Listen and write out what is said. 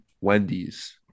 Wendy's